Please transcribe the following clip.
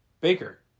Baker